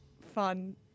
Fun